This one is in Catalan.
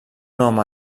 home